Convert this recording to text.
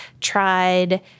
tried